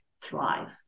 thrive